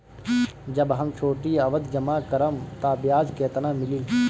जब हम छोटी अवधि जमा करम त ब्याज केतना मिली?